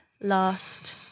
last